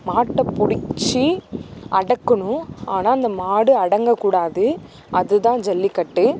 மாட்டை பிடிச்சி அடக்கணும் ஆனால் அந்த மாடு அடங்கக்கூடாது அதுதான் ஜல்லிக்கட்டு